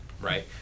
right